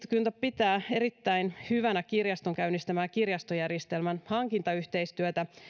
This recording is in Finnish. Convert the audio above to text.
pitää erittäin hyvänä kirjaston käynnistämää kirjastojärjestelmän hankintayhteistyötä